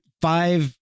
five